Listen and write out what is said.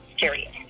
Serious